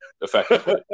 effectively